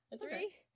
Three